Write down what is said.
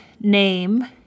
name